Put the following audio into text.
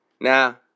Now